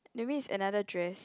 maybe it's another dress